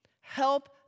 Help